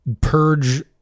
purge